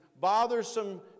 bothersome